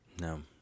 No